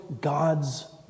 God's